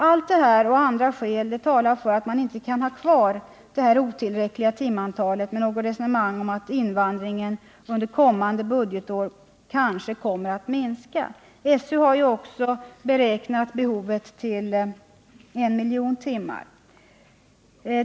Allt detta och andra skäl talar för att man inte kan bibehålla det otillräckliga timantalet med hänvisning till resonemanget att invandringen under kommande budgetår kanske kommer att minska. SÖ har också beräknat behovet till I miljon timmar.